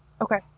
Okay